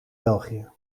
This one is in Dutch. belgië